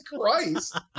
Christ